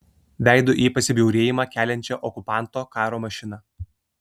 veidu į pasibjaurėjimą keliančią okupanto karo mašiną